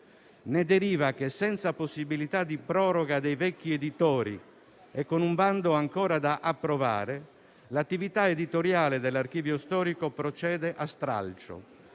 Ne deriva che, senza la possibilità di proroga dei vecchi editori e con un bando ancora da approvare, l'attività editoriale dell'Archivio storico procede a stralcio,